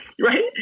Right